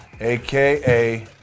aka